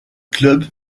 club